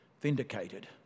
vindicated